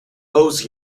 owes